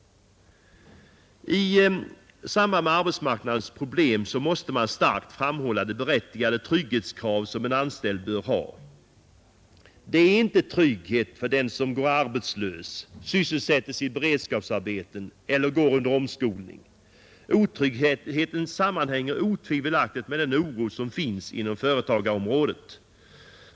I samband med arbetsmarknadens problem måste man starkt framhålla det berättigade trygghetskrav som en anställd bör ha. Det är inte trygghet den känner som går arbetslös, sysselsättes i beredskapsarbeten eller går under omskolning. Otryggheten sammanhänger otvivelaktigt med den oro som finns inom företagsområdet.